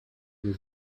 wir